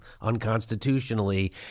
Unconstitutionally